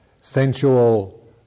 Sensual